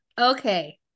Okay